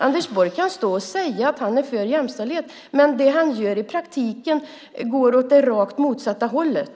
Anders Borg kan stå och säga att han är för jämställdhet, men det han gör i praktiken går åt det rakt motsatta hållet.